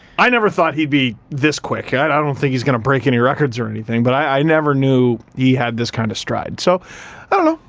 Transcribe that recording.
i never thought he'd be this quick yeah i don't think he's gonna break any records or anything, but i i never knew he had this kind of stride, so i don't know,